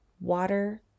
Water